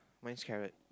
mine's carrot